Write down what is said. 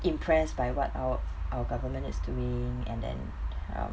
impressed by what our our government is doing and then